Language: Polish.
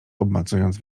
obmacując